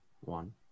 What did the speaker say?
one